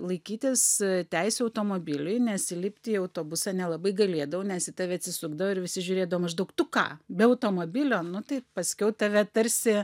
laikytis teisių automobiliui nes įlipti į autobusą nelabai galėdavau nes į tave atsisukdavo ir visi žiūrėdavo maždaug tu ką be automobilio nu tai paskiau tave tarsi